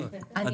רק